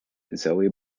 zoe